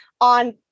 on